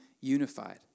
unified